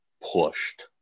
pushed